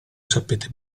sapete